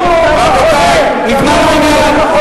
רבותי, אני מקריא לך,